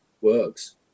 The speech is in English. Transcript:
works